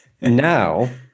Now